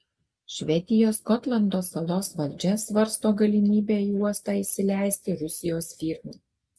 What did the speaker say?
švedijos gotlando salos valdžia svarsto galimybę į uostą įsileisti rusijos firmą